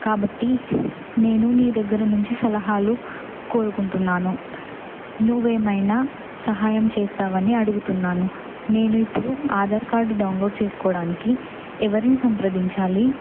కాబట్టి నేను మీ దగ్గర నుంచి సలహాలు కోరుకుంటున్నాను నువ్వు ఏమైనా సహాయం చేస్తావని అడుగుతున్నాను నేను ఇప్పుడు ఆధార్ కార్డు డౌన్లోడ్ చేసుకోవడానికి ఎవరిని సంప్రదించాలి